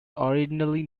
originally